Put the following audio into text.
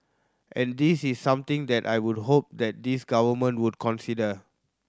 and this is something that I would hope that this Government would consider